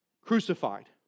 Crucified